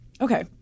okay